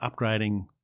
upgrading